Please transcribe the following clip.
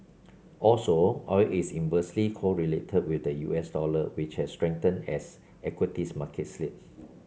also oil is inversely correlated with the U S dollar which has strengthened as equities markets slid